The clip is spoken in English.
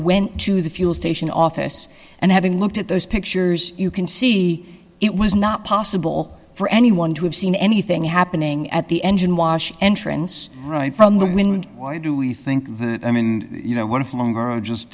went to the fuel station office and having looked at those pictures you can see it was not possible for anyone to have seen anything happening at the engine wash entrance right from the window why do we think that i mean you know what if longer oh just